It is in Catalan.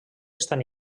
estan